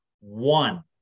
One